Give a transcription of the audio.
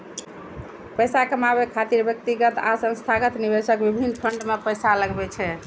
पैसा कमाबै खातिर व्यक्तिगत आ संस्थागत निवेशक विभिन्न फंड मे पैसा लगबै छै